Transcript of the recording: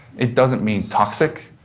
it doesn't mean toxic,